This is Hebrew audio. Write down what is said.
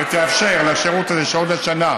ותאפשר לשירות הזה, שעוד שנה